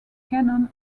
canon